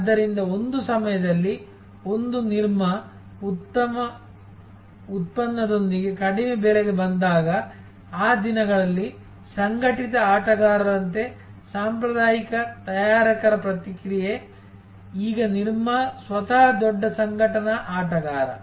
ಆದ್ದರಿಂದ ಒಂದು ಸಮಯದಲ್ಲಿ ಒಂದು ನಿರ್ಮಾ ಉತ್ತಮ ಉತ್ಪನ್ನದೊಂದಿಗೆ ಕಡಿಮೆ ಬೆಲೆಗೆ ಬಂದಾಗ ಆ ದಿನಗಳಲ್ಲಿ ಸಂಘಟಿತ ಆಟಗಾರರಂತೆ ಸಾಂಪ್ರದಾಯಿಕ ತಯಾರಕರ ಪ್ರತಿಕ್ರಿಯೆ ಈಗ ನಿರ್ಮಾ ಸ್ವತಃ ದೊಡ್ಡ ಸಂಘಟನಾ ಆಟಗಾರ